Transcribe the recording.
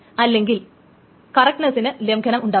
അല്ലെങ്കിൽ കറക്ട്നസ്സിന് ലംഘനം ഉണ്ടാകും